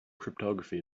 cryptography